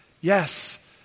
Yes